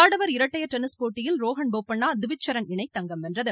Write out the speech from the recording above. ஆடவர் இரட்டையர் டென்னிஸ் போட்டியில் ரோகன் போபண்ணா டிவிச் சரண் இணை தங்கம் வென்றது